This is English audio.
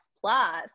plus